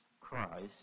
Christ